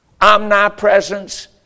omnipresence